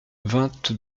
vingt